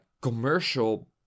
commercial